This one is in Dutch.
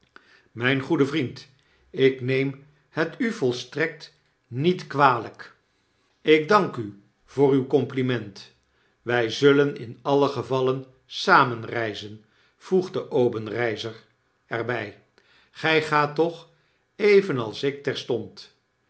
myn goede vriend ik neem het u volstrekt niet kwalyk ik dank u voor uw compliment wy zullen in alle geval sameri reizen voegde obenreizer er by gy gaattoch evenalsik terstond